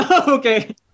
Okay